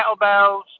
Kettlebells